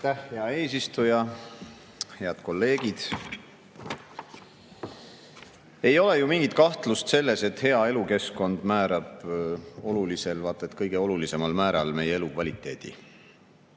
hea eesistuja! Head kolleegid! Ei ole ju mingit kahtlust selles, et hea elukeskkond määrab olulisel, vaat et kõige olulisemal määral meie elukvaliteedi.